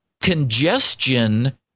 congestion